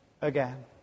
again